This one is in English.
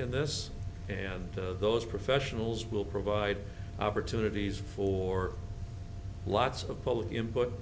in this and those professionals will provide opportunities for lots of public input